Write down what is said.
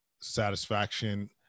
Satisfaction